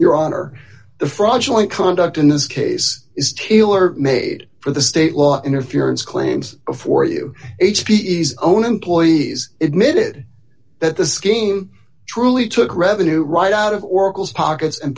your honor the fraudulent conduct in this case is tailor made for the state law interference claims before you h p s own employees admitted that the scheme truly took revenue right out of oracle's pockets and